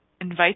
invite